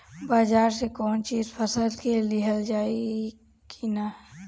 बाजार से कोई चीज फसल के लिहल जाई किना?